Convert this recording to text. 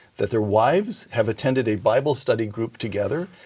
that their wives have attended a bible study group together,